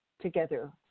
together